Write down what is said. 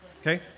Okay